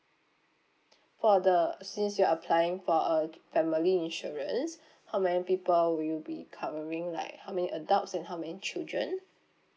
for the since you're applying for a family insurance how many people will you be covering like how many adults and how many children